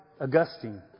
Augustine